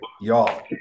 y'all